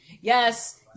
Yes